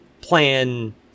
plan